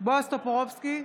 בועז טופורובסקי,